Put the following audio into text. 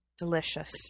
delicious